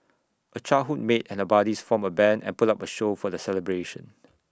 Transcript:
A childhood mate and buddies formed A Band and put up A show for the celebration